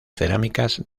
cerámicas